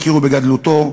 הכירו בגדלותו,